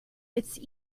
its